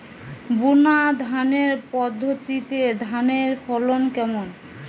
বুনাধানের পদ্ধতিতে ধানের ফলন কেমন?